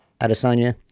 Adesanya